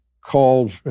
called